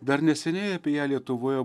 dar neseniai apie ją lietuvoje